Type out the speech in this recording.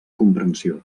comprensió